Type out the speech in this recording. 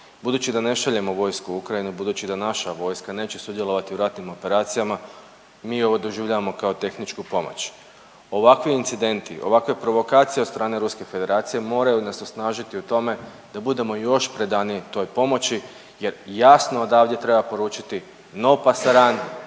Budući da ne šaljemo vojsku u Ukrajinu, budući da naša vojska neće sudjelovati u ratnim operacijama mi ovo doživljavamo kao tehničku pomoć. Ovakvi incidenti, ovakve provokacije od strane Ruske Federacije moraju nas osnažiti u tome da budemo još predaniji toj pomoći jer jasno odavde treba poručiti no pasaran,